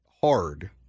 hard